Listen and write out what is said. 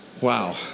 wow